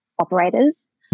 operators